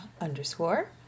underscore